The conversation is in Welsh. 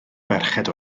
ferched